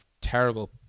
terrible